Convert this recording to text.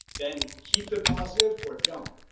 then keep the positive or don't,